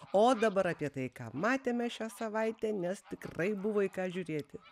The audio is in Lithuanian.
o dabar apie tai ką matėme šią savaitę nes tikrai buvo į ką žiūrėti